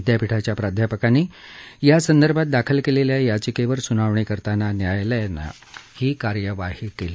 विद्यापीठाच्या प्राध्यापकांनी यासंदर्भात दाखल केलेल्या याचिकेवर सुनावणी करताना न्यायालयानं ही कार्यवाही केली